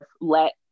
let